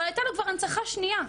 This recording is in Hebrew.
אבל הייתה לו כבר הנצחה שניה.